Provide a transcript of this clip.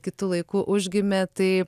kitu laiku užgimė tai